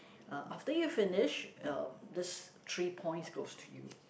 uh after you finished um this three points goes to you